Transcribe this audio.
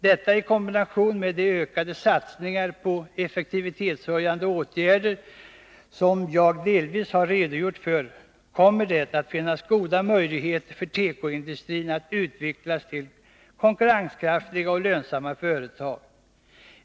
Detta i kombination med de ökade satsningar på effektivitetshöjande åtgärder som jag delvis har redogjort för gör att det kommer att finnas goda möjligheter för tekoindustriföretagen att utvecklas till konkurrenskraftiga och lönsamma företag.